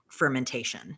fermentation